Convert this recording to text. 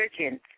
virgin